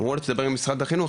אמרו לי תדבר עם משרד החינוך,